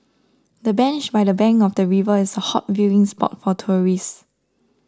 the bench by the bank of the river is a hot viewing spot for tourists